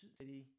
city